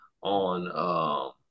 On